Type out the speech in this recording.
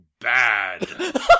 bad